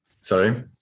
Sorry